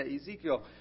Ezekiel